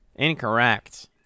Incorrect